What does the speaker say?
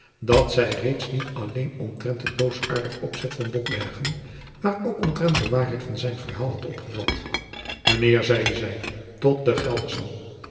dat zij reeds niet alleen omtrent het boosaartig opzet van botbergen maar ook omtrent de waarheid van zijn verhaal had opgevat mijnheer zeide zij tot den gelderschman